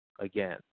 again